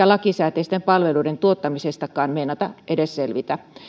lakisääteisten palveluiden tuottamisesta meinata selvitä